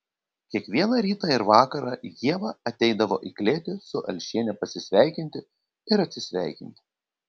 kiekvieną rytą ir vakarą ieva ateidavo į klėtį su alšiene pasisveikinti ir atsisveikinti